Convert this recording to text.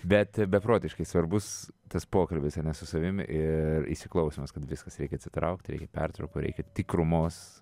bet beprotiškai svarbus tas pokalbis su savim ir įsiklausymas kad viskas reikia atsitraukti reikia pertraukų reikia tikrumos